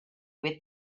with